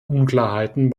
unklarheiten